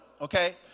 Okay